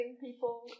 people